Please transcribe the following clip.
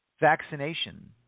vaccination